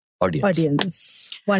audience